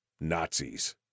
Nazis